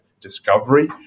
discovery